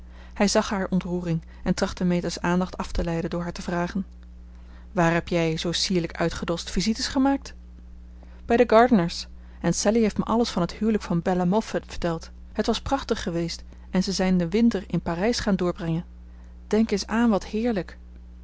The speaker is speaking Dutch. hij zag haar ontroering en trachtte meta's aandacht af te leiden door haar te vragen waar heb jij zoo sierlijk uitgedost visites gemaakt bij de gardiners en sallie heeft me alles van het huwelijk van belle moffat verteld het was prachtig geweest en ze zijn den winter in parijs gaan doorbrengen denk eens aan wat heerlijk